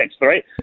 right